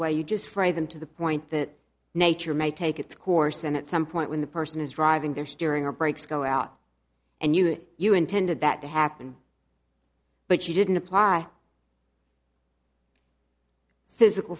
way you just fry them to the point that nature may take its course and at some point when the person is driving their steering or brakes go out and you think you intended that to happen but you didn't apply physical